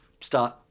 start